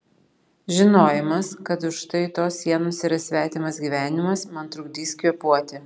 žinojimas kad už štai tos sienos yra svetimas gyvenimas man trukdys kvėpuoti